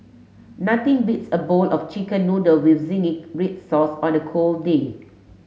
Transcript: nothing beats a bowl of chicken noodle with zingy red sauce on a cold day